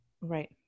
Right